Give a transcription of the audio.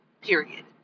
period